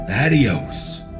Adios